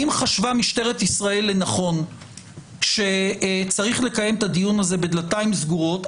אם חשבה משטרת ישראל לנכון שצריך לקיים את הדיון הזה בדלתיים סגורות,